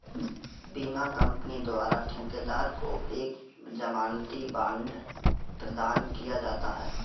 बीमा कंपनी द्वारा ठेकेदार को एक जमानती बांड प्रदान किया जाता है